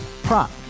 Prop